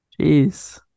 Jeez